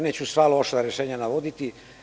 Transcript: Neću sva loša rešenja navoditi.